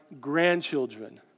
grandchildren